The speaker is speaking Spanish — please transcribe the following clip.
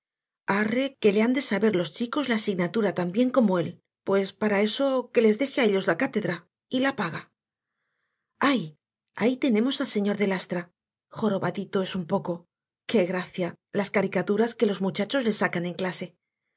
que le han de saber los chicos la asignatura tan bien como él pues para eso que les deje á ellos la cátedra y la paga ay ahí tenemos al señor de lastra jorobadito es un poco qué gracia las caricaturas que los muchachos le sacan en clase